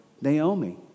Naomi